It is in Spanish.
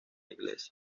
iglesia